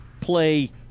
play